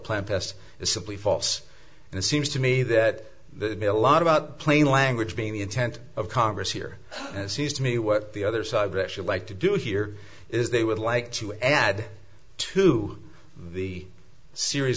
plan test is simply false and it seems to me that be a lot about plain language being the intent of congress here and it seems to me what the other side actually like to do here is they would like to add to the series